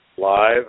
Live